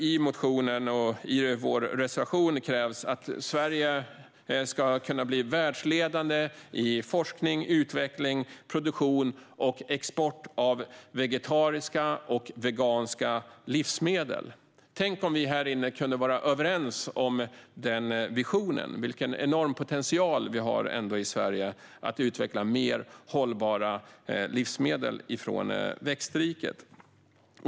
I motionen och i vår reservation krävs att Sverige ska kunna bli världsledande i forskning, utveckling, produktion och export av vegetariska och veganska livsmedel. Tänk om vi här inne kunde vara överens om den visionen - vilken enorm potential vi ändå har i Sverige att utveckla mer hållbara livsmedel från växtriket.